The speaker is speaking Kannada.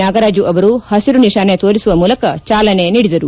ನಾಗರಾಜು ಅವರು ಹಸಿರು ನಿಶಾನೆ ತೋರಿಸುವ ಮೂಲಕ ಚಾಲನೆ ನೀಡಿದರು